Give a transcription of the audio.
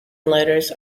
letters